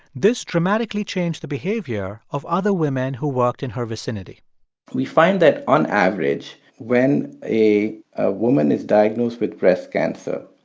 this dramatically changed the behavior of other women who worked in her vicinity we find that on average, when a ah woman is diagnosed with breast cancer,